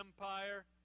Empire